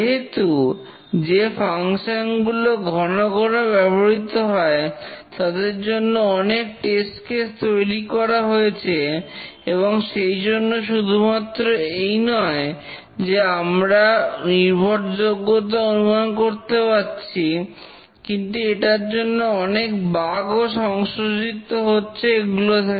যেহেতু যে ফাংশন গুলো ঘন ঘন ব্যবহৃত হয় তাদের জন্য অনেক টেস্ট কেস তৈরি করা হয়েছে এবং সেই জন্য শুধুমাত্র এই নয় যে আমরা নির্ভরযোগ্যতা অনুমান করতে পারছি কিন্তু এটার জন্য অনেক বাগ ও সংশোধিত হচ্ছে এগুলো থেকে